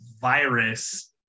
virus